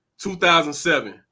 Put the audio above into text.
2007